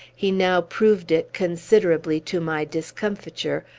he now proved it, considerably to my discomfiture,